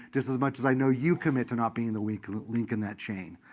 just as much as i know you commit to not being the weak link in that chain.